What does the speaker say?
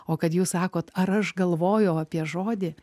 o kad jūs sakot ar aš galvojau apie žodį